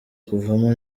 kuvamo